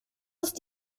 ist